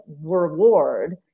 reward